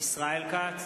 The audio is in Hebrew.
ישראל כץ,